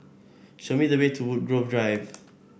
show me the way to Woodgrove Drive